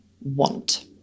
want